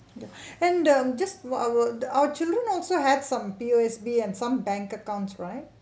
and um just our our children also had some P_O_S_B and some bank accounts right